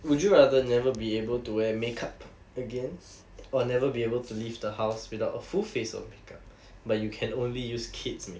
would you rather never be able to wear makeup again or never be able to leave the house without a full face of makeup but you can only use kids in makeup